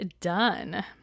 done